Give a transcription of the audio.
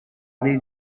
les